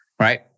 right